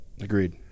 Agreed